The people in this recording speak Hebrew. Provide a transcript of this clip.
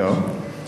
טוב,